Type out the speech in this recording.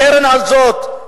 הקרן הזאת,